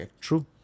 True